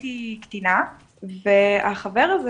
הייתי קטינה וחבר הזה,